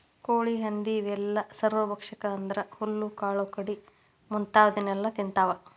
ಕೋಳಿ ಹಂದಿ ಇವೆಲ್ಲ ಸರ್ವಭಕ್ಷಕ ಅಂದ್ರ ಹುಲ್ಲು ಕಾಳು ಕಡಿ ಮುಂತಾದವನ್ನೆಲ ತಿಂತಾವ